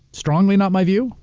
strongly not my view,